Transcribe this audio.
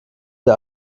der